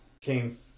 came